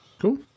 Cool